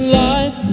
life